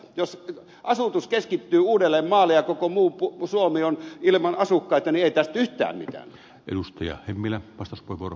jos asutus keskittyy uudellemaalle ja koko muu suomi on ilman asukkaita niin ei tästä tule yhtään mitään